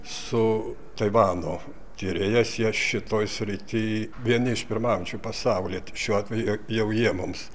su taivano tyrėjais jie šitoj srity vieni iš pirmaujančių pasaulyje šiuo atveju jau jie mums